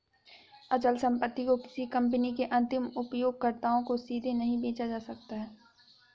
अचल संपत्ति को किसी कंपनी के अंतिम उपयोगकर्ताओं को सीधे नहीं बेचा जा सकता है